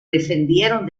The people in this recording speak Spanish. defendieron